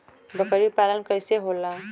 बकरी पालन कैसे होला?